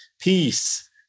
peace